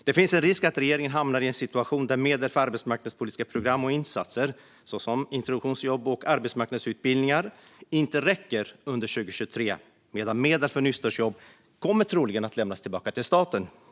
Det finns en risk att regeringen hamnar i en situation där medel för arbetsmarknadspolitiska program och insatser, såsom introduktionsjobb och arbetsmarknadsutbildningar, inte räcker under 2023, medan medel för nystartsjobb troligen kommer att lämnas tillbaka till staten. Herr talman!